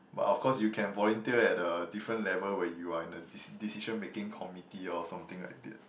but of course you can volunteer at a different level where you are in a des~ decision making committee or something like that